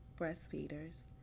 Breastfeeders